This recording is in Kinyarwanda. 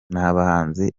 n’abahanzi